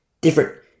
different